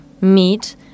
meat